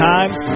Times